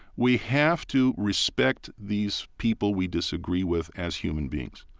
we have to respect these people we disagree with as human beings.